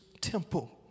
temple